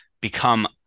become